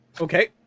Okay